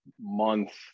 month